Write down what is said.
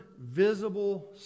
visible